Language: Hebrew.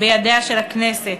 בידיה של הכנסת.